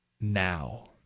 now